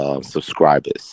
subscribers